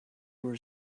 were